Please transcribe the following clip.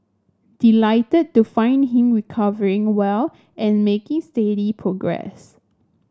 delighted to find him recovering well and making steady progress